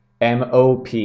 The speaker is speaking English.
MOP